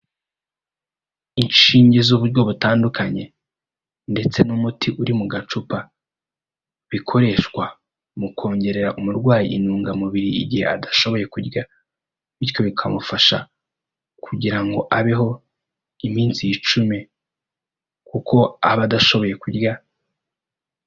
Inshinge z'uburyo butandukanye ndetse n'umuti uri mu gacupa, bikoreshwa mu kongerera umurwayi intungamubiri igihe adashoboye kurya, bityo bikamufasha kugira ngo abeho iminsi yicume kuko aba adashoboye kurya.